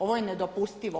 Ovo je nedopustivo.